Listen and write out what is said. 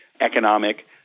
economic